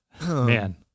Man